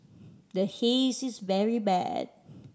the Haze is very bad